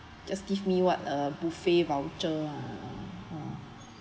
just give me what uh buffet voucher lah ah